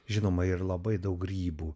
žinoma ir labai daug grybų